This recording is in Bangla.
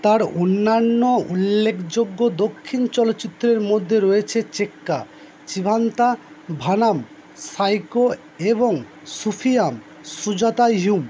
তার অন্যান্য উল্লেখযোগ্য দক্ষিণ চলচ্চিত্রের মধ্যে রয়েছে চেক্কা চিভান্তা ভানাম সাইকো এবং সুফিয়াম সুজাতাইয়ুম